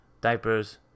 Diapers